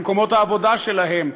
במקומות העבודה שלהם,